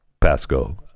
Pasco